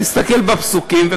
תסתכל בפסוקים שם,